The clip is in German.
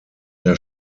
der